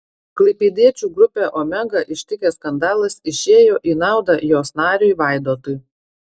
klaipėdiečių grupę omega ištikęs skandalas išėjo į naudą jos nariui vaidotui